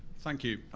thank you,